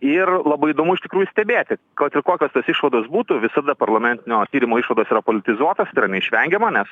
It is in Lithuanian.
ir labai įdomu iš tikrųjų stebėti kad ir kokios tos išvados būtų visada parlamentinio tyrimo išvados yra politizuotos tai yra neišvengiama nes